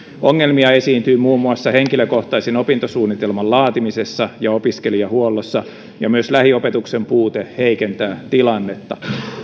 ongelmia esiintyy muun muassa henkilökohtaisen opintosuunnitelman laatimisessa ja opiskelijahuollossa ja myös lähiopetuksen puute heikentää tilannetta